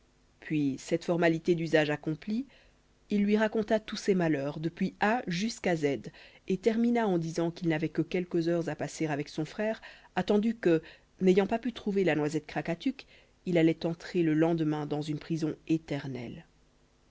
puis cette formalité d'usage accomplie il lui raconta tous ses malheurs depuis a jusqu'à z et termina en disant qu'il n'avait que quelques heures à passer avec son frère attendu que n'ayant pas pu trouver la noisette krakatuk il allait entrer le lendemain dans une prison éternelle